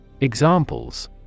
Examples